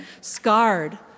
scarred